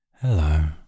Hello